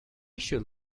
should